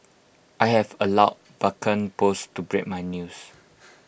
I have allowed Vulcan post to break my news